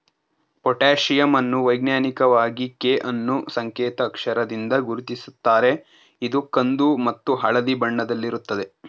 potassium ಅನ್ನು ವೈಜ್ಞಾನಿಕವಾಗಿ K ಅನ್ನೂ ಸಂಕೇತ್ ಅಕ್ಷರದಿಂದ ಗುರುತಿಸುತ್ತಾರೆ ಇದು ಕಂದು ಮತ್ತು ಹಳದಿ ಬಣ್ಣದಲ್ಲಿರುತ್ತದೆ